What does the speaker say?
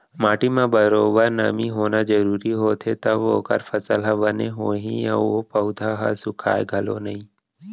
माटी म बरोबर नमी होना जरूरी होथे तव ओकर फसल ह बने होही अउ ओ पउधा ह सुखाय घलौ नई